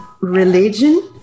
religion